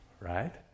right